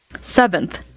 Seventh